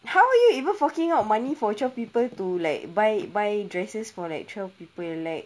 how are you even forking out money for twelve people to like buy buy dresses for like twelve people like